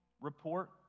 report